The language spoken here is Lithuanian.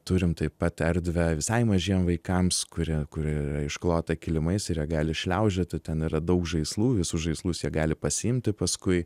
turim taip pat erdvę visai mažiem vaikams kuri kuri yra išklota kilimais ir jie gali šliaužioti ten yra daug žaislų visus žaislus jie gali pasiimti paskui